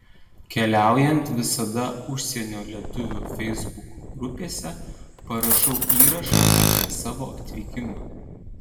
keliaujant visada užsienio lietuvių feisbuko grupėse parašau įrašą apie savo atvykimą